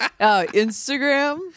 Instagram